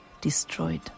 Destroyed